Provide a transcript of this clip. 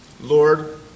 Lord